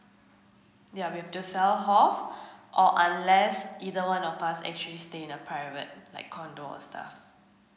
yeah we've to sell off or unless either one of us actually stay in a private like condo or stuff